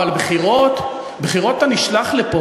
אבל אני אינני חושש ממשאל עם,